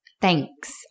Thanks